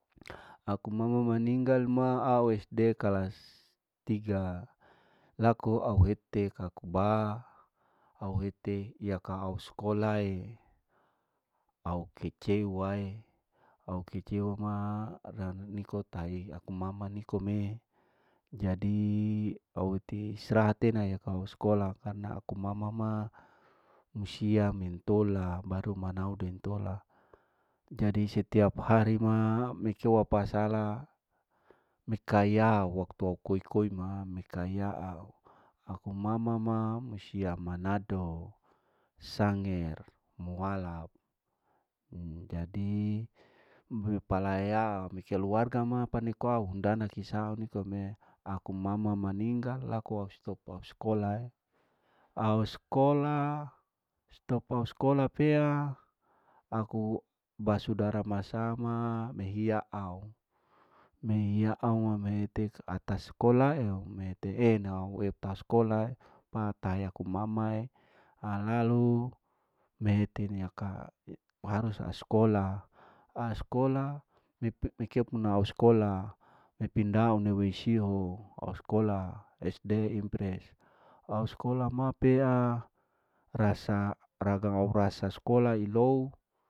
Aku mama maninggal ma ua sd kalas tiga laku au hete aku ba, au hete yaka au skolae au kecewae, au kecewa ma rana niko tai aku mama nikome jadi au ti istrahat ena yaka au skolae karena aku mama ma musia mintola baru manau den tola jadi setiap hari ma mikeu wapasala mikayaau waktu au koi koi ma, mikayaau aku mama musia manado sange mualaf jadi mipalaeyau ni keluarga ma niko au hundana kisau nikome aku mama maninggal laku au stop skolae, au skola stop au skola pea aku basudara masama mehia au, mehia au wa metek atas skola eo mete ena ue taskola ma taheya ku mamae alalu mehete mihete nyaka war saaskola au skola mekeu puna ouskola nipindau newei siu au skola sd inpres au skola ma pea rasa ragang au rasa skola ilou.